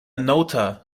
nóta